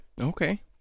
Okay